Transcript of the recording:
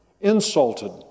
insulted